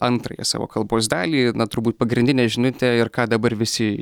antrąją savo kalbos dalį na turbūt pagrindinė žinutė ir ką dabar visi